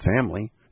family